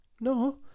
no